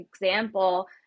example